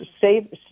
save